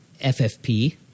FFP –